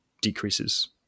decreases